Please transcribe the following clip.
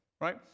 right